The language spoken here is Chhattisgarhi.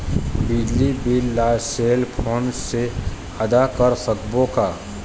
बिजली बिल ला सेल फोन से आदा कर सकबो का?